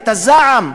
את הזעם,